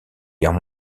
guerre